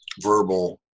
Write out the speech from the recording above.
verbal